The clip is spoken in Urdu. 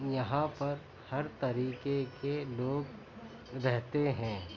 یہاں پر ہر طریقے کے لوگ رہتے ہیں